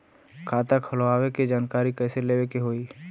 खाता खोलवावे के जानकारी कैसे लेवे के होई?